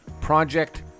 project